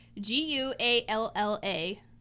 G-U-A-L-L-A